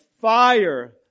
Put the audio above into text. fire